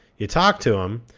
you talk to them,